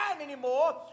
anymore